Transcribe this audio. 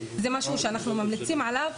זה משהו שאנחנו ממליצים עליו.